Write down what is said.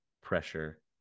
pressure